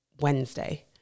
Wednesday